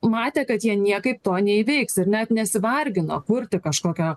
matė kad jie niekaip to neįveiks ir net nesivargino kurti kažkokio